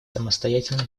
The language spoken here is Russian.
самостоятельно